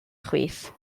chwith